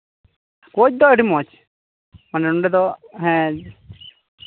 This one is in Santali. ᱠᱚᱪ ᱫᱚ ᱟᱹᱰᱤ ᱢᱚᱡᱽ ᱢᱟᱱᱮ ᱱᱚᱸᱰᱮ ᱫᱚ ᱦᱮᱸ